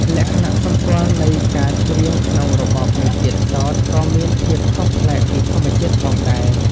លក្ខណៈសម្គាល់នៃការច្រៀងក្នុងរបបនេះទៀតសោត ក៏មានភាពខុសប្លែកពីធម្មជាតិផងដែរ។